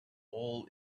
all